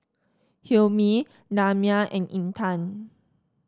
Hilmi Damia and Intan